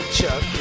Chuck